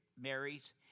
Marys